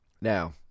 Now